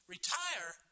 Retire